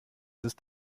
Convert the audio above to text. ist